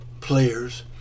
players